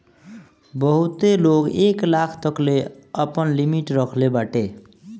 बहुते लोग एक लाख तकले कअ आपन लिमिट रखत बाटे